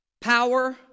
Power